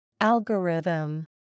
Algorithm